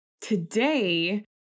today